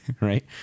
right